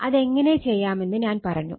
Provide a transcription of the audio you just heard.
അതെങ്ങനെ ചെയ്യാമെന്ന് ഞാൻ പറഞ്ഞു